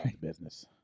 business